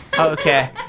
Okay